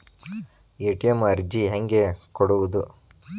ATM ಅರ್ಜಿ ಹೆಂಗೆ ಕೊಡುವುದು?